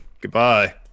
goodbye